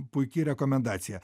puiki rekomendacija